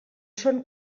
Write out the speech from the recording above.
són